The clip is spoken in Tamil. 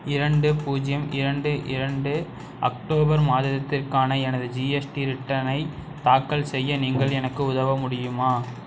இரண்டு பூஜ்ஜியம் இரண்டு இரண்டு அக்டோபர் மாதத்திற்கான எனது ஜிஎஸ்டி ரிட்டர்னை தாக்கல் செய்ய நீங்கள் எனக்கு உதவ முடியுமா